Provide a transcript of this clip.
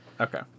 Okay